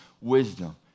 wisdom